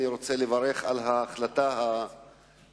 אני רוצה לברך על ההחלטה האמיצה,